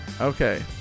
Okay